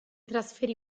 trasferì